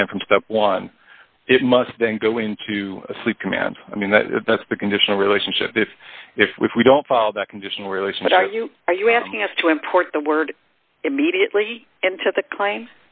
command from step one it must then go into sleep commands i mean that that's the conditional relationship if if we don't follow that condition where you are you asking us to import the word immediately